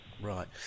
Right